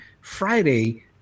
Friday